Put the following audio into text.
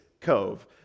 Cove